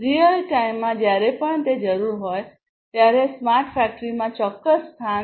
real ટાઇમમાં જ્યારે પણ તે જરૂરી હોય ત્યારે સ્માર્ટ ફેક્ટરીમાં ચોક્કસ સ્થાન